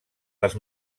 les